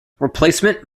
replacement